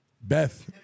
Beth